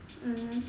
mmhmm